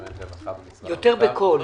רפרנט רווחה במשרד האוצר,